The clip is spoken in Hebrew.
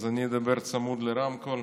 אז אני אדבר צמוד לרמקול.